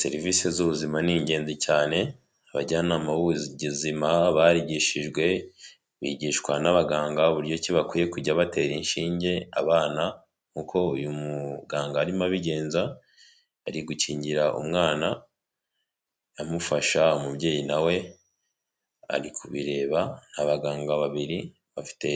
Serivisi z'ubuzima ni ingenzi cyane, abajyanama b'ubuzima barigishijwe bigishwa n'abaganga uburyo ki bakwiye kujya batera inshinge abana nk'uko uyu muganga arimo abigenza, ari gukingira umwana amufasha, umubyeyi nawe ari kubireba, abaganga babiri bafite